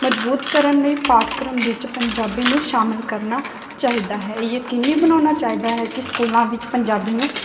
ਮਜਬੂਤ ਕਰਨ ਲਈ ਪਾਠਕ੍ਰਮ ਵਿੱਚ ਪੰਜਾਬੀ ਨੂੰ ਸ਼ਾਮਲ ਕਰਨਾ ਚਾਹੀਦਾ ਹੈ ਯਕੀਨੀ ਬਣਾਉਣਾ ਚਾਹੀਦਾ ਹੈ ਕਿ ਸਕੂਲਾਂ ਵਿੱਚ ਪੰਜਾਬੀ ਨੂੰ